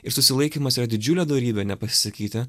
ir susilaikymas yra didžiulė dorybė nepasisakyti